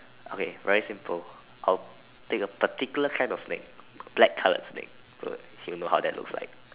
okay very simple I'll take a particular kind of snake black color snake good she will know how that's looks like